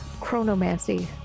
chronomancy